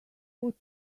put